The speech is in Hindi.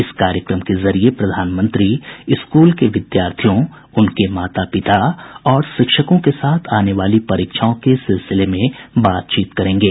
इस कार्यक्रम के जरिए प्रधानमंत्री स्कूल के विद्यार्थियों उनके माता पिता और शिक्षकों के साथ आने वाली परीक्षाओं के सिलसिले में बातचीत करेंगे